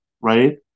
right